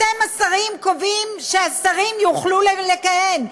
אתם השרים קובעים שהשרים יוכלו לכהן.